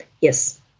yes